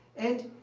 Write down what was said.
and,